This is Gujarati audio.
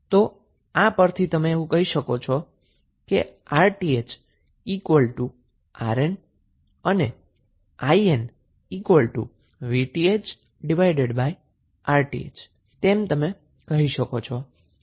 તો આ પરથી તમે કહી શકો છો કે RTh RNઅને IN VThRTh થશે